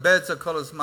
מגבה את זה כל הזמן,